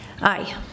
Aye